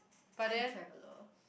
time traveler